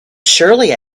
surely